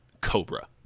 cobra